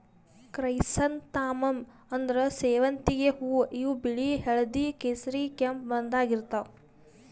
chrysanthemum ಅಂದ್ರ ಸೇವಂತಿಗ್ ಹೂವಾ ಇವ್ ಬಿಳಿ ಹಳ್ದಿ ಕೇಸರಿ ಕೆಂಪ್ ಬಣ್ಣದಾಗ್ ಇರ್ತವ್